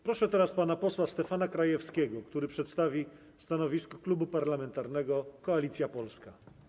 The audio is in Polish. Proszę teraz pana posła Stefana Krajewskiego, który przedstawi stanowisko Klubu Parlamentarnego Koalicja Polska.